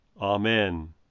Amen